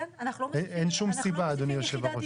אין שום סיבה, אדוני היושב ראש.